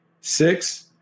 six